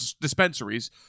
dispensaries